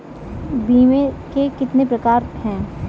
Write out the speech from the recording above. बीमे के कितने प्रकार हैं?